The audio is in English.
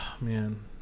man